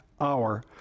hour